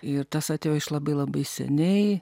ir tas atėjo iš labai labai seniai